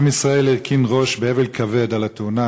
עם ישראל הרכין ראש באבל כבד על התאונה